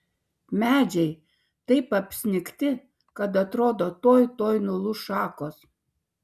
medžiai taip apsnigti kad atrodo tuoj tuoj nulūš šakos